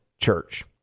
Church